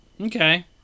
Okay